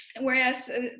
whereas